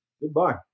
Goodbye